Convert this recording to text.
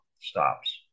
stops